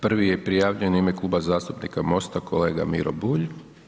Prvi je prijavljen u ime Klub zastupnika MOST-a kolega Miro Bulj.